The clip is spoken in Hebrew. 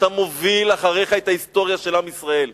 אתה מוביל אחריך את ההיסטוריה של עם ישראל,